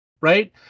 right